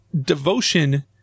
devotion